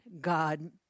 God